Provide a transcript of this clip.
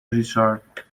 ریچارد